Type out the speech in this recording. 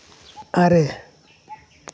ᱟᱨᱮ